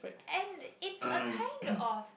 and it a kind of